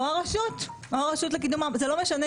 או הרשות לקידום מעמד האישה.